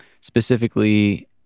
specifically